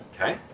Okay